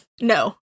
No